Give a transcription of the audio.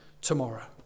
tomorrow